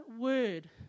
word